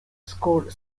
scored